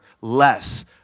less